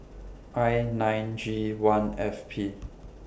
I nine G one F P